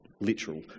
literal